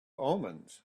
omens